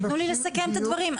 תנו לי לסכם את הדברים,